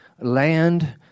land